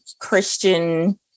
Christian